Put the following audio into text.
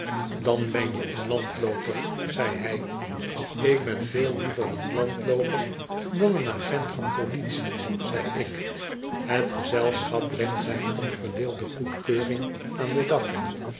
dan ben je een landlooper zei hij ik ben veel liever een landlooper dan een agent van politie zei ik het gezelschap legt zijn onverdeelde goedkeuring aan den dag